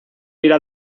irá